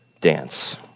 dance